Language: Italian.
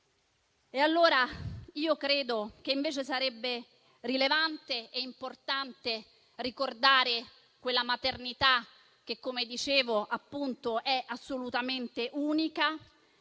cesareo. Credo che invece sarebbe rilevante e importante ricordare quella maternità che, come dicevo, è assolutamente unica